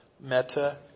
Meta